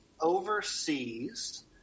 overseas